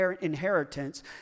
inheritance